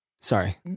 sorry